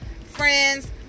friends